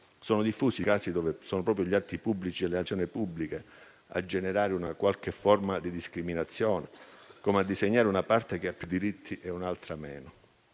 Sono diffusi i casi in cui sono proprio gli atti pubblici e le azioni pubbliche a generare una qualche forma di discriminazione, come a disegnare una parte che ha più diritti e un'altra meno.